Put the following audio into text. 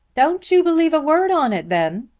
don't you believe a word on it then,